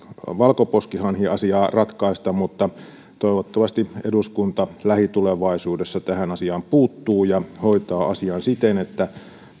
valkoposkihanhiasiaa ratkaista mutta toivottavasti eduskunta lähitulevaisuudessa tähän asiaan puuttuu ja hoitaa asian siten että